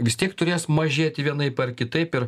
vis tiek turės mažėti vienaip ar kitaip ir